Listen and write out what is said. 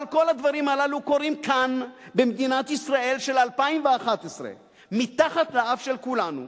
אבל כל הדברים הללו קורים כאן במדינת ישראל של 2011 מתחת לאף של כולנו,